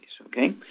okay